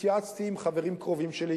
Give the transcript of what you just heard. התייעצתי עם חברים קרובים שלי,